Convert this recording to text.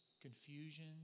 confusion